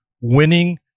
winning